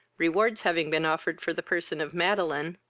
rewards having been offered for the person of madeline,